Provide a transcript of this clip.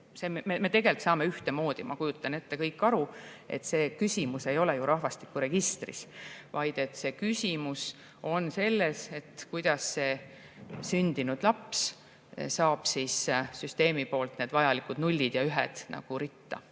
Me tegelikult saame ühtemoodi, ma kujutan ette, kõik aru, et küsimus ei ole rahvastikuregistris, vaid küsimus on selles, kuidas see sündinud laps saab süsteemis need vajalikud nullid ja ühed ritta.